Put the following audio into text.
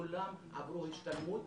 כולם עברו השתלמות.